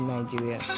Nigeria